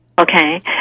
Okay